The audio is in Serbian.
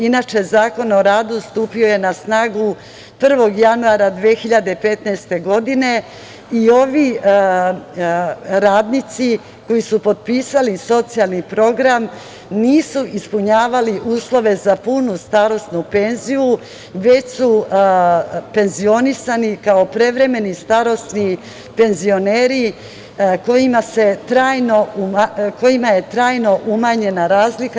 Inače, Zakon o radu stupio je na snagu 1. januara 2015. godine i ovi radnici koji su potpisali socijalni program nisu ispunjavali uslove za punu starosnu penziju, već su penzionisani kao prevremeni starosni penzioneri kojima je trajno umanjena razlika.